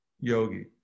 yogi